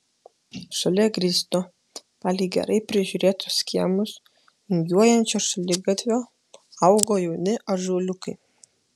šalia grįsto palei gerai prižiūrėtus kiemus vingiuojančio šaligatvio augo jauni ąžuoliukai